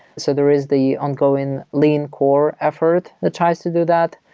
so there is the ongoing lean core effort that tries to do that.